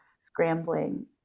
scrambling